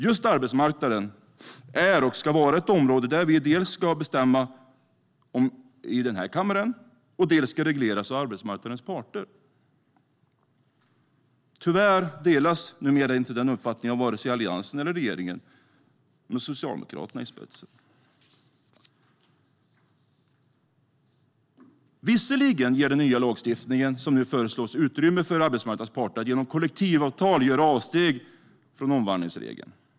Just arbetsmarknaden är och ska vara ett område som dels vi i den här kammaren ska bestämma om, dels ska regleras av arbetsmarknadens parter. Tyvärr delas inte längre den uppfattningen av vare sig Alliansen eller regeringen, med Socialdemokraterna i spetsen. Visserligen ger den nya lagstiftningen som nu föreslås utrymme för arbetsmarknadens parter att genom kollektivavtal göra avsteg från omvandlingsregeln.